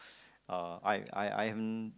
uh I've I've I've ne~